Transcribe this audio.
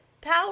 power